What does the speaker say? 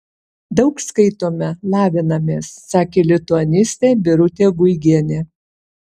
daug skaitome lavinamės sakė lituanistė birutė guigienė